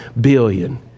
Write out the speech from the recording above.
billion